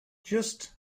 just